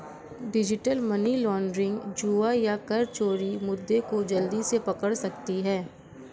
digital money laundering, जुआ या कर चोरी मुद्दे को जल्दी से पकड़ सकती है